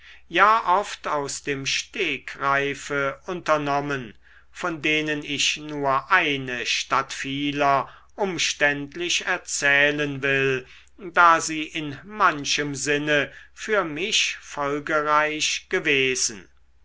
ja oft aus dem stegreife unternommen von denen ich nur eine statt vieler umständlich erzählen will da sie in manchem sinne für mich folgereich gewesen